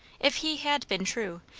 if he had been true,